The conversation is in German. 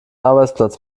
arbeitsplatz